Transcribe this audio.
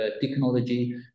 technology